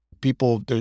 people